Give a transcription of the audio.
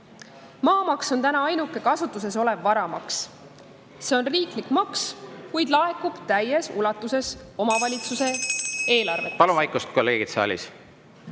Maamaks on täna ainuke kasutuses olev varamaks. See on riiklik maks, kuid laekub täies ulatuses omavalitsuse eelarvetesse. (Helistab kella.) Palun